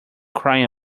crying